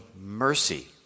mercy